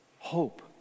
Hope